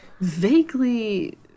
vaguely